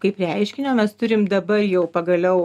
kaip reiškinio mes turim dabar jau pagaliau